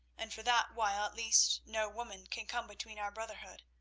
and for that while at least no woman can come between our brotherhood.